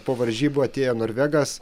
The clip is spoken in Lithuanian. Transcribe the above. po varžybų atėjo norvegas